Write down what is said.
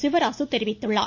சிவராசு தெரிவித்துள்ளார்